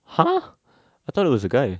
!huh! I thought it was a guy